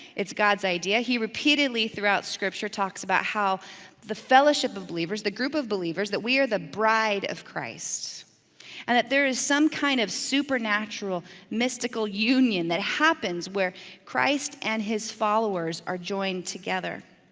it's god's idea. he repeatedly throughout scripture talks about how the fellowship of believers, the group of believers, that we are the bride of christ and that there is some kind of supernatural mystical union that happens where christ and his followers are joined together.